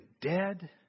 dead